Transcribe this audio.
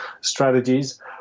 strategies